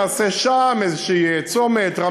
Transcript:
נעשה צומת כלשהו,